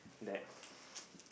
that